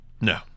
No